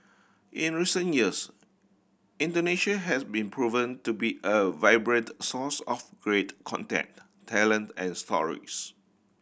in recent years Indonesia has been proven to be a vibrant source of great content talent and stories